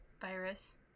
virus